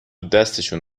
دستشون